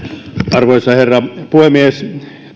arvoisa herra puhemies